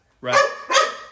Right